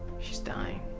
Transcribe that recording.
she's dying.